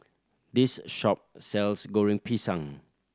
this a shop sells Goreng Pisang